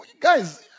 guys